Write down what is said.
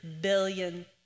billion